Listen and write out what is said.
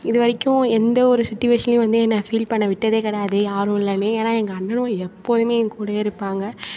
இது வரைக்கும் எந்த ஒரு சுட்டுவேஷன்லேயும் என்னை ஃபீல் பண்ண விட்டதே கிடையாது யாரும் இல்லைனு ஏனா எங்கள் அண்ணன் எப்போதுமே கூடவே இருப்பாங்க